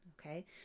okay